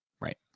right